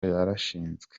yarashinzwe